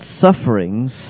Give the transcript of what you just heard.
sufferings